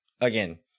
Again